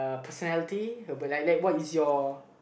personality but like like what is your